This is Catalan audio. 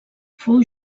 fou